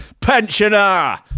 Pensioner